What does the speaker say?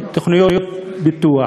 תוכניות פיתוח,